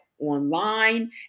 online